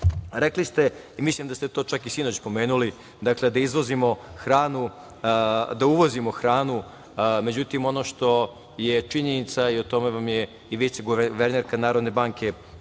ste i mislim da ste to čak i sinoć pomenuli, dakle da uvozimo hranu, međutim ono što je činjenica i o tome vam je i viceguvernerka Narodne banke govorila,